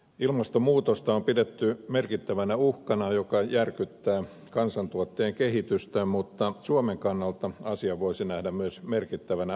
ilmastonmuutosta on pidetty merkittävänä uhkana joka järkyttää kansantuotteen kehitystä mutta suomen kannalta asian voisi nähdä myös merkittävänä mahdollisuutena